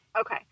Okay